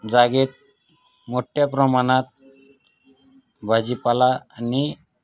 जागेत मोठ्या प्रमाणात भाजीपाला आणि